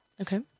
Okay